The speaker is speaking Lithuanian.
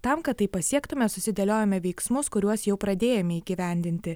tam kad tai pasiektume susidėliojome veiksmus kuriuos jau pradėjome įgyvendinti